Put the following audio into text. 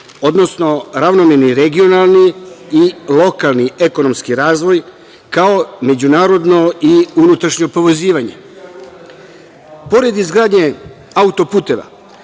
odnosno ravnomerni regionalni i lokalni ekonomski razvoj, kao i međunarodno i unutrašnje povezivanje. Pored izgradnje autoputeva,